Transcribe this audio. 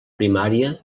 primària